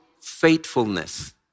faithfulness